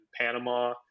Panama